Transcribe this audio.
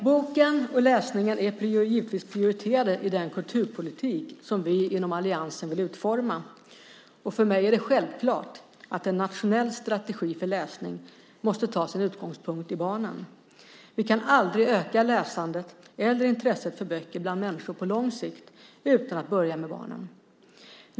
Boken och läsningen är givetvis prioriterade i den kulturpolitik som vi inom alliansen vill utforma. För mig är det självklart att en nationell strategi för läsning måste ta sin utgångspunkt i barnen. Vi kan aldrig öka läsandet eller intresset för böcker bland människor på lång sikt utan att börja med barnen.